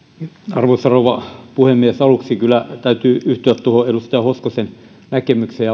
arvoisa rouva puhemies aluksi kyllä täytyy yhtyä tuohon edustaja hoskosen näkemykseen